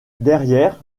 derrière